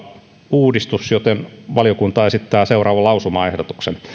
uudistus että valiokunta esittää seuraavan lausumaehdotuksen